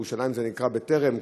בירושלים זה נקרא טר"ם,